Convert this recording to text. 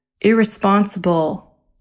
irresponsible